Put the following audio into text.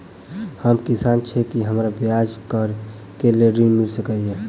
हम किसान छी की हमरा ब्यपार करऽ केँ लेल ऋण मिल सकैत ये?